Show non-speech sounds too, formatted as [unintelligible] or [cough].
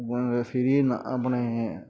[unintelligible] ਆਪਣੇ